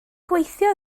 gweithio